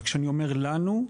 וכשאני אומר "לנו",